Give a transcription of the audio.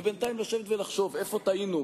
ובינתיים לשבת ולחשוב איפה טעינו,